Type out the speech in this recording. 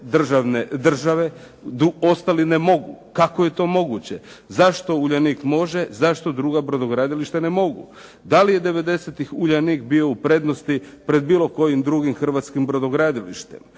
strane države, ostali ne mogu. Kako je to moguće? Zašto "Uljanik" može, zašto druga brodogradilišta ne mogu? Da li je '90.-tih "Uljanik" bio u prednosti pred bilo kojim drugim hrvatskim brodogradilištem?